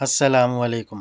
السلام علیکم